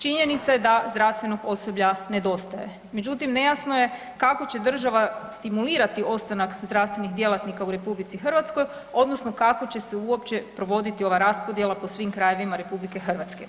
Činjenica je da zdravstvenog osoblja nedostaje, međutim, nejasno je kako će država stimulirati ostanak zdravstvenih djelatnika u RH, odnosno kako će se uopće provoditi ova raspodjela po svim krajevima RH.